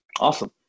Awesome